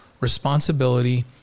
responsibility